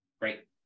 Great